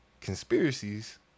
conspiracies